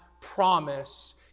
promise